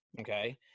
okay